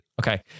Okay